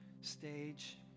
stage